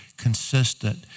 consistent